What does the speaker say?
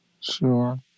Sure